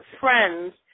Friends